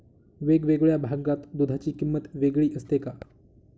वेगवेगळ्या भागात दूधाची किंमत वेगळी असते का?